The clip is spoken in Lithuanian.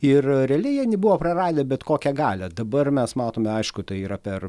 ir realiai jie nebuvo praradę bet kokią galią dabar mes matome aišku tai yra per